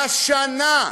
השנה.